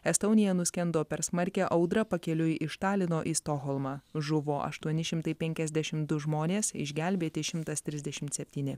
estonia nuskendo per smarkią audrą pakeliui iš talino į stokholmą žuvo aštuoni šimtai penkiasdešim du žmonės išgelbėti šimtas trisdešimt septyni